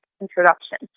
introduction